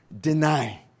deny